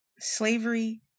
slavery